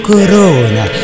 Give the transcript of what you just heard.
Corona